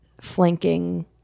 flanking